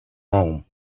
home